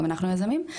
גם אנחנו יזמים.